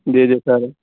جی جی سر